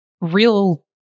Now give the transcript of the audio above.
real